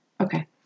Okay